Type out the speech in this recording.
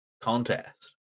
contest